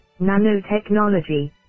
nanotechnology